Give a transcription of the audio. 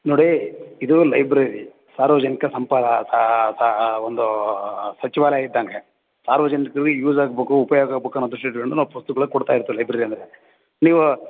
ನೋಡಿ ಇದು ಲೈಬ್ರರಿ ಸಾರ್ವಜನಿಕ ಸಂಪಾ ಒಂದು ಸಚಿವಾಲಯ ಇದ್ದಂಗೆ ಸಾರ್ವಜನಿಕ್ರಿಗೆ ಯೂಸ್ ಆಗ್ಬೇಕು ಉಪಯೋಗ ಆಗ್ಬೇಕು ಅನ್ನೋ ದೃಷ್ಟಿ ಇಟ್ಕೊಂಡು ನಾವು ಪುಸ್ತುಕಗಳು ಕೊಡ್ತಾ ಇರ್ತೇವೆ ಲೈಬ್ರರಿ ಅಂದರೆ ನೀವು